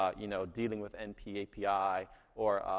um you know, dealing with npapi or,